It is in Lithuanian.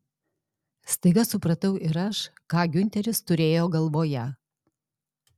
staiga supratau ir aš ką giunteris turėjo galvoje